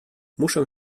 muszę